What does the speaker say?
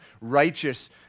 righteous